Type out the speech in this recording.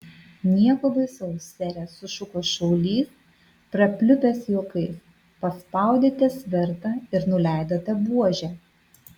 nieko baisaus sere sušuko šaulys prapliupęs juokais paspaudėte svertą ir nuleidote buožę